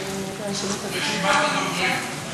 גברתי היושבת-ראש, רשימת דוברים?